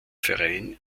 verein